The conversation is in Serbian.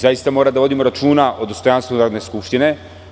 Zaista moramo da vodimo računa o dostojanstvu Narodne skupštine.